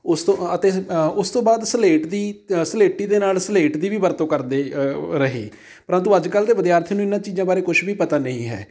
ਉਸ ਤੋਂ ਅ ਅਤੇ ਉਸ ਤੋਂ ਬਾਅਦ ਸਲੇਟ ਦੀ ਸਲੇਟੀ ਦੇ ਨਾਲ ਸਲੇਟ ਦੀ ਵੀ ਵਰਤੋਂ ਕਰਦੇ ਰਹੇ ਪ੍ਰੰਤੂ ਅੱਜ ਕੱਲ੍ਹ ਦੇ ਵਿਦਿਆਰਥੀਆਂ ਨੂੰ ਇਹਨਾਂ ਚੀਜ਼ਾਂ ਬਾਰੇ ਕੁਛ ਵੀ ਪਤਾ ਨਹੀਂ ਹੈ